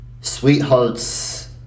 sweethearts